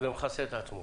ומכסה את עצמו